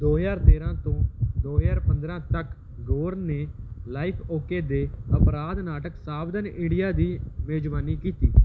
ਦੋ ਹਜ਼ਾਰ ਤੇਰਾਂ ਤੋਂ ਦੋ ਹਜ਼ਾਰ ਪੰਦਰਾਂ ਤੱਕ ਗੋਰ ਨੇ ਲਾਈਫ ਓਕੇ ਦੇ ਅਪਰਾਧ ਨਾਟਕ ਸਾਵਧਾਨ ਇੰਡੀਆ ਦੀ ਮੇਜ਼ਬਾਨੀ ਕੀਤੀ